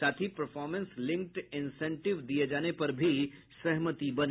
साथ ही performance linked incentive दिये जाने पर भी सहमति बनी